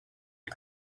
you